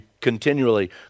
continually